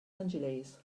angeles